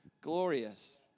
glorious